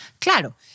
Claro